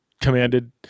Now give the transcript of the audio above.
commanded